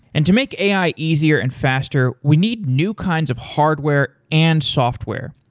and to make ai easier and faster, we need new kinds of hardware and software,